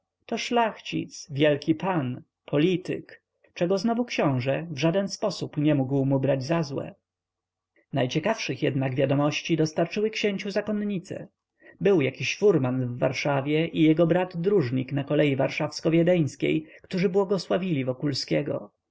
to szlachcic wielki pan polityk czego znowu książe w żaden sposób nie mógł mu brać za złe najciekawszych jednak wiadomości dostarczyły księciu zakonnice był jakiś furman w warszawie i jego brat dróżnik na kolei warszawsko-wiedeńskiej którzy błogosławili wokulskiego